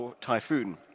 typhoon